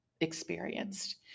experienced